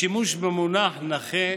השימוש במונח "נכה"